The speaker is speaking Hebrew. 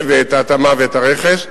את ההתאמה ואת הרכש,